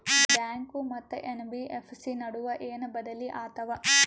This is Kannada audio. ಬ್ಯಾಂಕು ಮತ್ತ ಎನ್.ಬಿ.ಎಫ್.ಸಿ ನಡುವ ಏನ ಬದಲಿ ಆತವ?